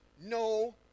no